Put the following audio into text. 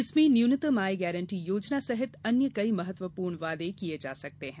इसमें न्यूनतम आय गारंटी योजना सहित अन्य कई महत्वपूर्ण वादे किए जा सकते हैं